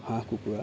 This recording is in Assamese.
হাঁহ কুকুৰা